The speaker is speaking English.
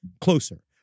closer